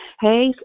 Hey